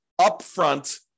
upfront